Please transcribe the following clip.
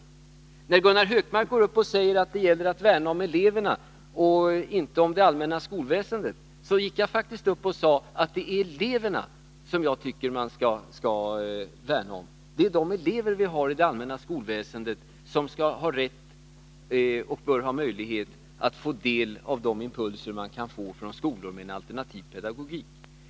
Gunnar Hökmark framhöll i sitt anförande att det gäller att värna om eleverna och inte om det allmänna skolväsendet, och då tog jag faktiskt upp detta och sade att också jag tycker att det är eleverna vi skall värna om. Eleverna i det allmänna skolväsendet bör ha rätt och möjlighet att få del av de impulser man kan få från skolor med en alternativ pedagogik.